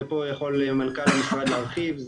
ופה יכול מנכ"ל המשרד להרחיב,